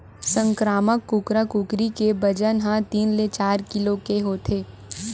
संकरामक कुकरा कुकरी के बजन ह तीन ले चार किलो के होथे